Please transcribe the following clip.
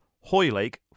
Hoylake